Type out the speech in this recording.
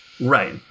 Right